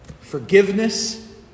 Forgiveness